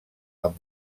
amb